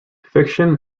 fiction